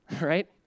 right